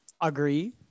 agree